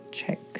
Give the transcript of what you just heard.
check